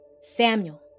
Samuel